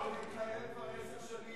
זה מתנהל כבר עשר שנים